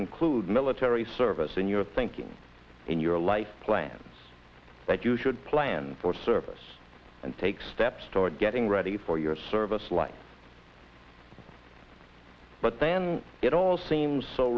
include military service in your thinking in your life plans that you should plan for service and take steps toward getting ready for your service life but then it all seems so